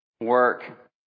work